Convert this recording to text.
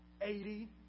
Eighty